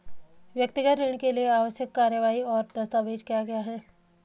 व्यक्तिगत ऋण के लिए आवश्यक कार्यवाही और दस्तावेज़ क्या क्या हैं?